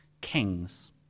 kings